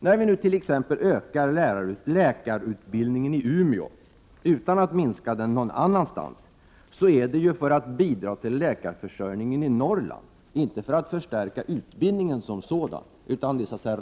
När vi nu t.ex. ökar läkarutbildningen i Umeå utan att minska den någon annanstans är det ju för att bidra till läkarförsörjningen i Norrland, inte för att förstärka utbildningen som sådan.